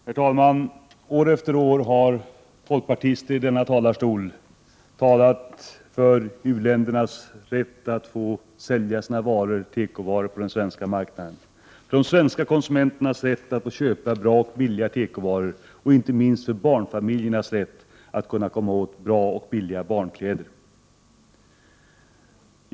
Herr talman! År efter år har folkpartister i denna talarstol talat för u-ländernas rätt att få sälja sina tekovaror på den svenska marknaden, för de svenska konsumenternas rätt att få köpa bra och billiga tekovaror och inte minst för barnfamiljernas rätt att komma åt bra och billiga barnkläder.